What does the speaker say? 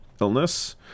illness